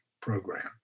Program